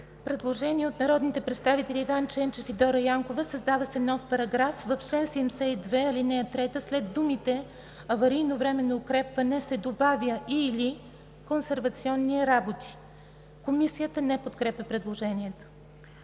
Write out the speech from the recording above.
Предложение от народните представители Иван Ченчев и Дора Янкова: „Създава се нов §...:„§... В чл. 72, ал. 3 след думите „аварийно-временно укрепване“ се добавя „и/или консервационни работи.“ Комисията не подкрепя предложението.